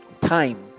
time